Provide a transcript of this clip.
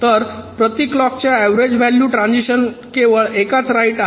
तर प्रति क्लॉक च्या ऍव्हरेज व्हॅलू ट्रांझिशन्स केवळ एकच राइट आहे